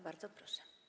Bardzo proszę.